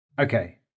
Okay